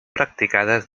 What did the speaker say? practicades